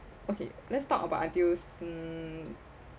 okay let's talk about ideals mm